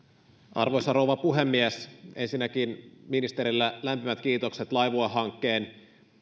arvoisa rouva puhemies ensinnäkin ministerille lämpimät kiitokset laivue hankkeen